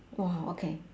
!wow! okay